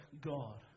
God